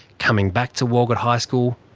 coming back to walgett high school,